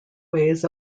ways